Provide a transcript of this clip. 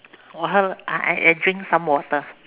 我喝 I I I drink some water